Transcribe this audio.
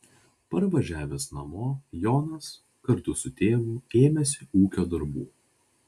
parvažiavęs namo jonas kartu su tėvu ėmėsi ūkio darbų